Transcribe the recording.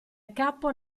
capo